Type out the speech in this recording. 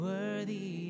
Worthy